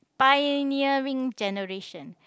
pioneering generation